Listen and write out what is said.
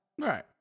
Right